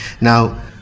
Now